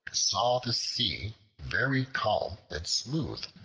saw the sea very calm and smooth,